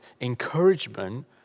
encouragement